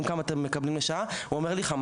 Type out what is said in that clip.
את זה כמה אתם מקבלים לשעה; והם עונים לי 15